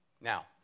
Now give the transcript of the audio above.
Now